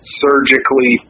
surgically